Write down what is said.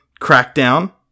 Crackdown